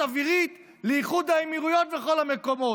אווירית לאיחוד האמירויות וכל המקומות.